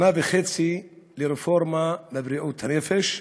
שנה וחצי לרפורמה בבריאות הנפש,